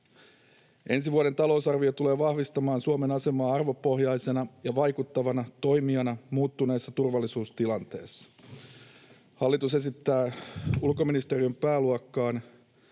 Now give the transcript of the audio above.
Ensi vuoden talousarvio tulee vahvistamaan Suomen asemaa arvopohjaisena ja vaikuttavana toimijana muuttuneessa turvallisuustilanteessa. Hallitus esittää ulkoministeriön pääluokkaan